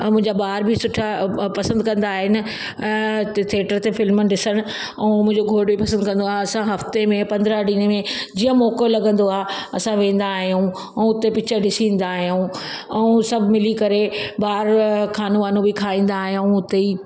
ऐं मुंहिंजा ॿार बि सुठा पसंदि कंदा आहिनि ऐं हुते थिएटर ते फिल्मू ॾिसण ऐं मुंहिंजो घोट बि पसंदि कंदो आहे असां हफ़्ते में पंद्रहं ॾींहं में जीअं मौक़ो लॻंदो आहे असां वेंदा आहियूं ऐं उते पिकिचरु ॾिसी ईंदा आहियूं ऐं सभु मिली करे बहिरि खानो वानो बि खाईंदा आहियूं हुते ई